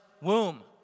womb